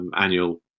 annual